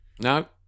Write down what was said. No